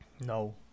No